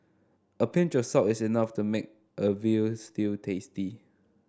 a pinch of salt is enough to make a veal stew tasty